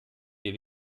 wir